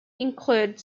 include